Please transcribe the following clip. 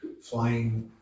flying